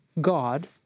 God